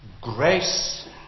grace